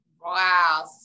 Wow